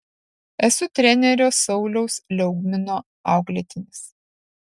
esu trenerio sauliaus liaugmino auklėtinis